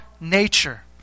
nature